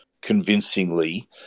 convincingly